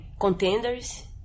contenders